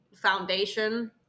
foundation